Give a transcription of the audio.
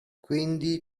quindi